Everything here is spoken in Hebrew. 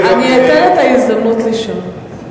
אני אתן את ההזדמנות לשאול.